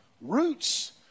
Roots